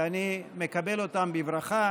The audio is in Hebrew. ואני מקבל אותם בברכה.